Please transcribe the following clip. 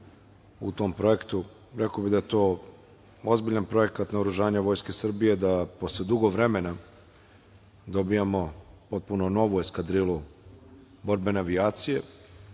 u tom projektu. Rekao bih da je to ozbiljan projekat naoružanja Vojske Srbije, da posle dugo vremena dobijamo potpuno novu eskadrilu borbene avijacije. Podsetio